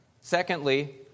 Secondly